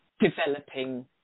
developing